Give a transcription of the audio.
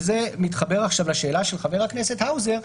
וזה מתחבר עכשיו לשאלה של חבר הכנסת האוזר,